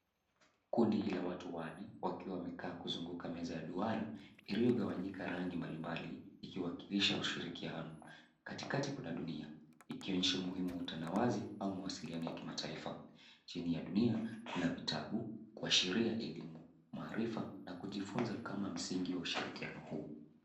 Kundi la watu wanne wakiwa wamekaa kuzunguka meza ya duara iliyogagwanyika rangi mbalimbali ikiwakilisha ushirikiano. Katikati kuna dunia ikionyesha umuhimu wa utanawazi au mawasiliano ya kimataifa. Chini ya dunia kuna vitabu kuashiria elimu, maarifa na kujifunza kama msingi wa ushirikiano huo.